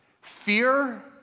fear